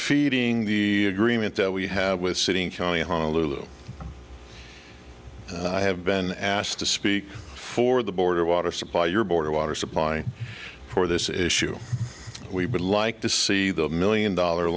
feeding the agreement that we have with sitting in county honolulu i have been asked to speak for the border water supply your board of water supply for this issue we would like to see the million dollar